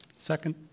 Second